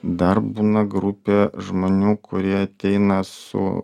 dar būna grupė žmonių kurie ateina su